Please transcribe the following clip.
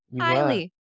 Highly